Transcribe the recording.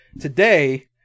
today